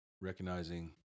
recognizing